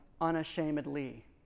unashamedly